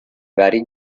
vari